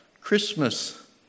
Christmas